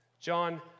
John